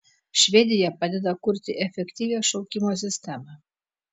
švedija padeda kurti efektyvią šaukimo sistemą